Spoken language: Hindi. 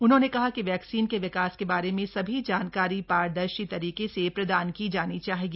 उन्होंने कहा कि वैक्सीन के विकास के बारे में सभी जानकारी पारदर्शी तरीके से प्रदान की जानी चाहिए